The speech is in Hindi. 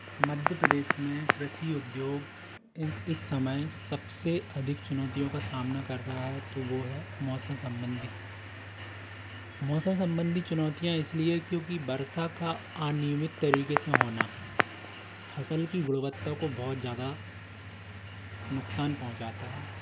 मध्य प्रदेश में कृषि उद्योग इस समय सब से अधिक चुनौतियों का सामना कर रहा है तो वो है मौसम सम्बंधी मौसम सम्बंधी चुनौतियाँ इस लिए क्योंकि वर्षा का अनियमित तरीक़े से होना फ़सल की गुणवत्ता को बहुत ज़्यादा नुक़सान पहुंचाता है